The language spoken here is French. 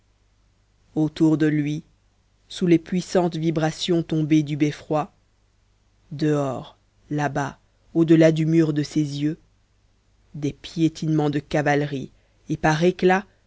autour de lui sous les puissantes vibrations tombées du beffroi dehors là-bas au-delà du mur de ses yeux des piétinements de cavalerie et par éclats